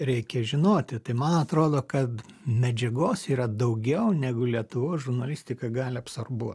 reikia žinoti tai man atrodo kad medžiagos yra daugiau negu lietuvos žurnalistika gali absorbuot